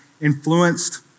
influenced